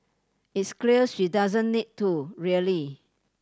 it's clear she doesn't need to really